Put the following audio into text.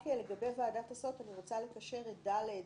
רק לגבי ועדת הסעות, אני רוצה לקשר את (ד)